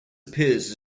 appears